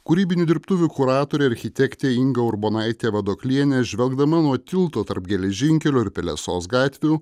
kūrybinių dirbtuvių kuratorė architektė inga urbonaitė vadoklienė žvelgdama nuo tilto tarp geležinkelio ir pelesos gatvių